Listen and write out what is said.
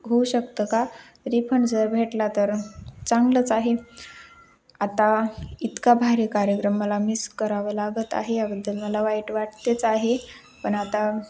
होऊ शकतं का रिफंड जर भेटला तर चांगलंच आहे आता इतका भारी कार्यक्रम मला मिस करावं लागत आहे याबद्दल मला वाईट वाटतेच आहे पण आता